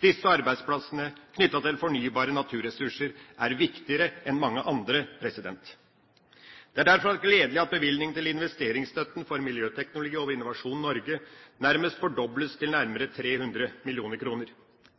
Disse arbeidsplassene knyttet til fornybare naturressurser er viktigere enn mange andre. Det er derfor gledelig at bevilgning til investeringsstøtte for miljøteknologi og Innovasjon Norge nærmest fordobles til nærmere 300 mill. kr.